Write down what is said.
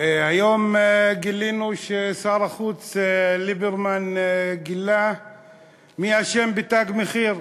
היום גילינו ששר החוץ ליברמן גילה מי אשם ב"תג מחיר".